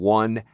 one